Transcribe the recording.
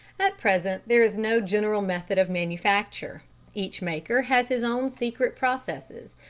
at present there is no general method of manufacture each maker has his own secret processes,